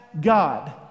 God